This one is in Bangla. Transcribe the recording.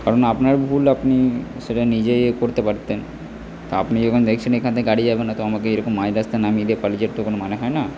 কারণ আপনার ভুল আপনি সেটা নিজেই ইয়ে করতে পারতেন তা আপনি যখন দেখছেন এখান থেকে গাড়ি যাবে না তো আমাকে এরকম মাঝ রাস্তায় নামিয়ে দিয়ে পালিয়ে যাওয়ার তো কোনো মানে হয় না